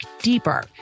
deeper